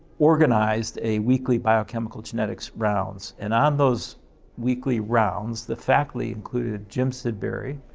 organized a weekly biochemical genetics rounds. and on those weekly rounds, the faculty included jim sidbury,